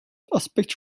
aspect